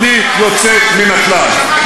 בלי יוצא מן הכלל,